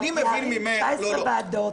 אני נוטה להיות בעד הפסקת הגבייה והעלאה ל-43 חודשים,